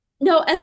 No